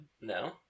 No